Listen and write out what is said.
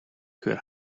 ихээр